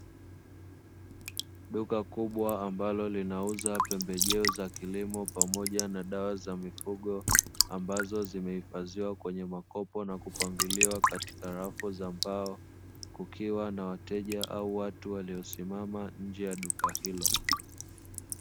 Duka kubwa ambalo linauza pembejeo za kilimo pamoja na dawa za mifugo ambazo zimehifadhiwa kwenye makopo na kupangiliwa katika rafu za mbao, kukiwa na wateja au watu waliyosimama nje ya duka hilo.